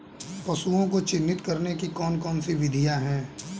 पशुओं को चिन्हित करने की कौन कौन सी विधियां हैं?